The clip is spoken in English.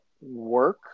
work